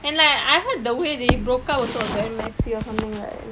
and like I heard the way they broke up also was very messy or something right